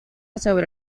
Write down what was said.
sobre